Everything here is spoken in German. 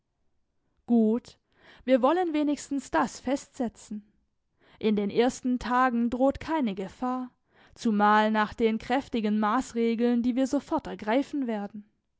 gut wir wollen wenigstens das festsetzen in den ersten tagen droht keine gefahr zumal nach den kräftigen maßregeln die wir sofort ergreifen werden